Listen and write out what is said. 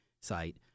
site